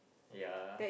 ya